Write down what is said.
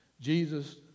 Jesus